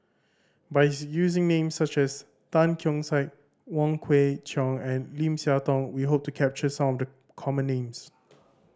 by using names such as Tan Keong Saik Wong Kwei Cheong and Lim Siah Tong we hope to capture some of the common names